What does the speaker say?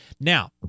Now